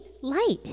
light